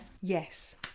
Yes